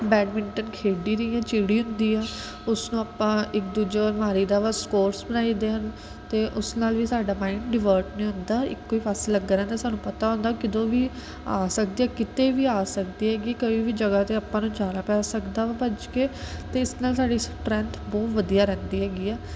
badminton ਖੇਡੀ ਦੀ ਆ ਚਿੜੀ ਹੁੰਦੀ ਆ ਉਸ ਨੂੰ ਆਪਾਂ ਇੱਕ ਦੂਜੇ ਵੱਲ ਮਾਰੀ ਦਾ ਵਾ ਸਕੋਰਸ ਬਣਾਈ ਦੇ ਹਨ ਅਤੇ ਉਸ ਨਾਲ ਵੀ ਸਾਡਾ ਮਾਈਂਡ ਡਿਵਰਟ ਨਹੀਂ ਹੁੰਦਾ ਇੱਕੋ ਹੀ ਪਾਸੇ ਲੱਗਾ ਰਹਿੰਦਾ ਸਾਨੂੰ ਪਤਾ ਹੁੰਦਾ ਕਿਤੋਂ ਵੀ ਆ ਸਕਦੀ ਆ ਕਿਤੇ ਵੀ ਆ ਸਕਦੀ ਹੈਗੀ ਕੋਈ ਵੀ ਜਗ੍ਹਾ 'ਤੇ ਆਪਾਂ ਨੂੰ ਜਾਣਾ ਪੈ ਸਕਦਾ ਵਾ ਭੱਜ ਕੇ ਅਤੇ ਇਸ ਨਾਲ ਸਾਡੀ ਸਟਰੈਂਥ ਬਹੁਤ ਵਧੀਆ ਰਹਿੰਦੀ ਹੈਗੀ ਆ